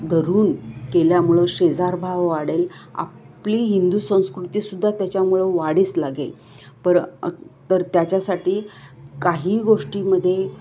धरून केल्यामुळं शेजारभाव वाढेल आपली हिंदू संस्कृतीसुद्धा त्याच्यामुळं वाढीस लागेल परत त्याच्यासाठी काही गोष्टीमध्ये